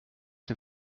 dem